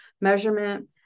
measurement